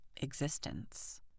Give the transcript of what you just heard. existence